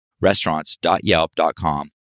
restaurants.yelp.com